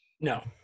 No